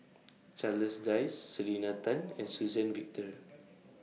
Charles Dyce Selena Tan and Suzann Victor